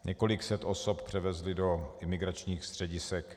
Několik set osob převezli do imigračních středisek.